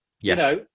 Yes